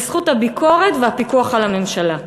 לזכות הביקורת והפיקוח על הממשלה.